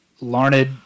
Larned